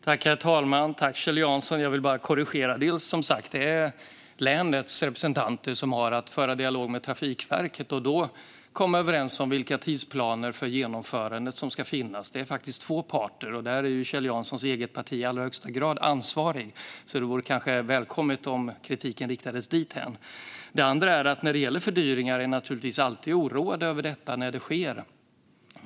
Herr talman! Jag vill bara korrigera ett par saker. Det är som sagt länets representanter som har att föra dialog med Trafikverket och då komma överens om vilka tidsplaner för genomförandet som ska finnas. Det är faktiskt två parter, och där är Kjell Janssons eget parti i allra högsta grad ansvarigt. Det vore alltså välkommet om kritiken riktades dithän. Det andra är att vi naturligtvis alltid är oroade över fördyringar när sådana sker.